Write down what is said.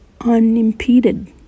unimpeded